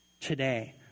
Today